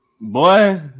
boy